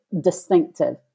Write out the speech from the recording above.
distinctive